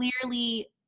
clearly